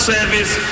Service